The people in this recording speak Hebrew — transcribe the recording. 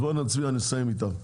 אז בואו נצביע ונסיים איתם.